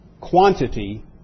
quantity